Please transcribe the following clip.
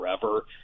forever